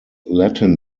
latin